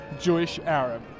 Jewish-Arab